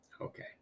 okay